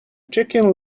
chicken